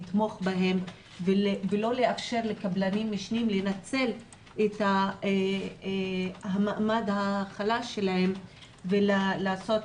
לתמוך בהן ולא לאפשר לקבלנים לנצל את המעמד החלש שלהן ולהקשות